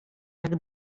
jak